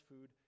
food